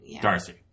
Darcy